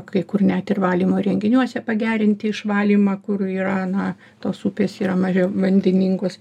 kai kur net ir valymo įrenginiuose pagerinti išvalymą kur yra na tos upės yra mažiau vandeningos